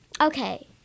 Okay